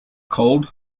cold